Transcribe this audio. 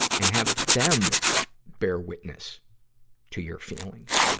and have them bear witness to your feelings.